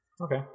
Okay